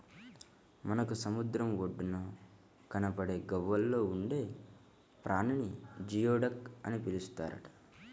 మనకు సముద్రం ఒడ్డున కనబడే గవ్వల్లో ఉండే ప్రాణిని జియోడక్ అని పిలుస్తారట